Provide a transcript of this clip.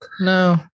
no